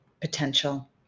potential